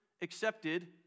accepted